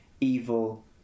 evil